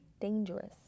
dangerous